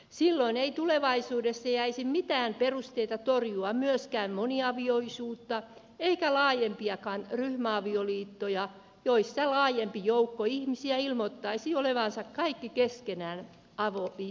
silloin ei tulevaisuudessa jäisi mitään perusteita torjua myöskään moniavioisuutta eikä laajempiakaan ryhmäavioliittoja joissa laajempi joukko ihmisiä ilmoittaisi olevansa kaikki keskenään avioliitossa